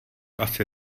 asi